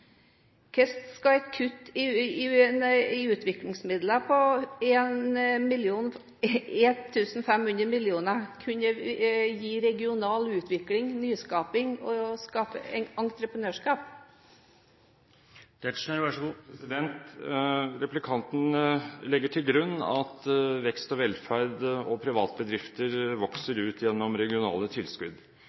Hvordan skal et kutt i utviklingsmidler på 1 500 mil. kr kunne gi regional utvikling og nyskaping og skape entreprenørskap? Replikanten legger til grunn at vekst og velferd og privatbedrifter vokser ut gjennom regionale tilskudd.